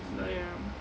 ya